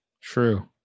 True